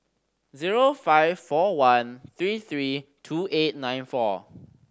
zero five four one three three two eight nine four